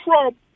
Trump